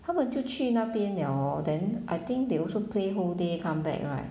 她们就去那边 liao hor then I think they also play whole day come back right